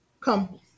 Come